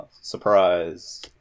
surprise